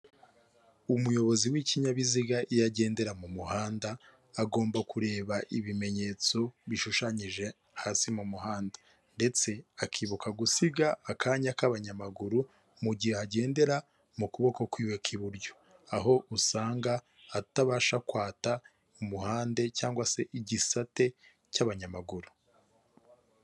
Umuyobozi w'ikinyabiziga iyo agendera mu muhanda, agomba kureba ibimenyetso bishushanyije hasi mu muhanda ndetse akibuka gusiga akanya k'abanyamaguru mu mugihe agendera mu kuboko kwiba k'iburyo, aho usanga atabasha kwata umuhanda cangwa se igisate cy'abanyamaguru.